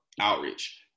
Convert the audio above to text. outreach